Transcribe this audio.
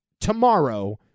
tomorrow